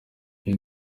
uyu